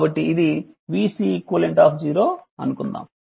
కాబట్టి ఇది vCeq అనుకుందాం